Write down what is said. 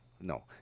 no